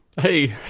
Hey